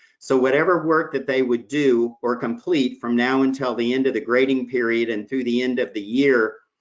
so whatever work that they would do or complete from now until the end of the grading period, and through the end of the year,